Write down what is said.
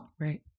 Right